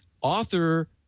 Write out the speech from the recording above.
author